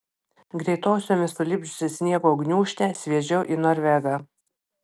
greitosiomis sulipdžiusi sniego gniūžtę sviedžiau į norvegą